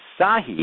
Sahi